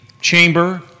chamber